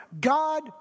God